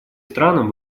странам